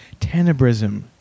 tenebrism